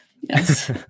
yes